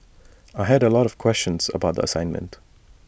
I had A lot of questions about the assignment